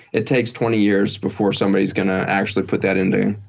it takes twenty years before somebody's going to actually put that in there,